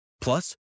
Plus